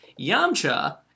Yamcha